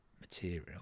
material